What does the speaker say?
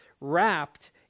wrapped